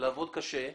ולעבוד קשה.